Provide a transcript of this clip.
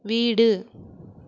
வீடு